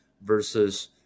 versus